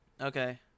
Okay